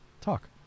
Talk